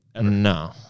No